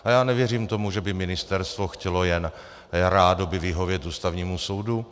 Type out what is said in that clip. A já nevěřím tomu, že by ministerstvo chtělo jen rádoby vyhovět Ústavnímu soudu.